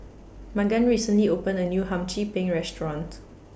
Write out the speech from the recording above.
Magan recently opened A New Hum Chim Peng Restaurant